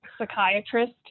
psychiatrist